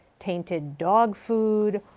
tainted dog food,